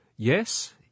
Yes